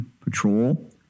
patrol